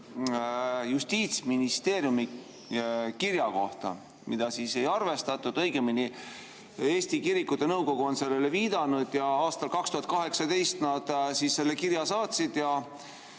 Justiitsministeeriumi kirja kohta, mida ei arvestatud. Õigemini on Eesti Kirikute Nõukogu sellele viidanud. Aastal 2018 nad selle kirja saatsid.